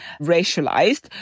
racialized